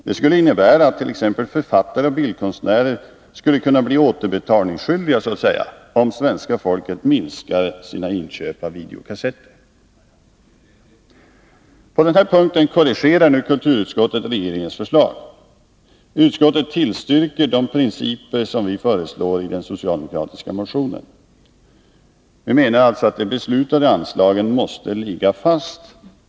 Det skulle innebära att t.ex. författare och bildkonstnärer kan bli återbetalningsskyldiga, om svenska folket minskar sina inköp av videokassetter. På den: här punkten korrigerar kulturutskottet regeringens förslag. Utskottet tillstyrker de principer som vi föreslår i den socialdemokratiska motionen. De beslutade anslagen måste ligga fast.